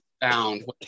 found